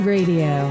Radio